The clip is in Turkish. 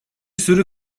sürü